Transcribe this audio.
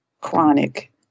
chronic